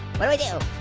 what do we do?